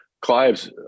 Clive's